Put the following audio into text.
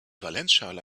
valenzschale